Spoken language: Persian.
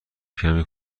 کمی